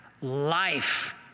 Life